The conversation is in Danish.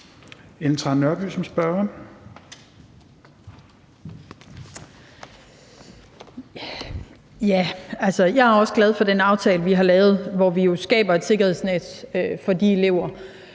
jeg er også glad for den aftale, vi har lavet, hvor vi jo skaber et sikkerhedsnet for de elever,